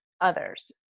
others